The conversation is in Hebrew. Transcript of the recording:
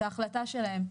זו החלטה שלהם,